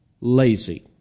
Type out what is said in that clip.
lazy